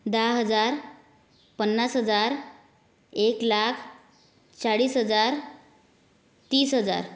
दहा हजार पन्नास हजार एक लाख चाळीस हजार तीस हजार